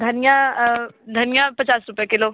धनिया धनिया पचास रुपये किलो